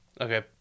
Okay